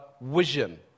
vision